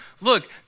Look